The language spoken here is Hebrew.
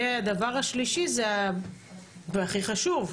והדבר השלישי והכי חשוב,